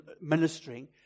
ministering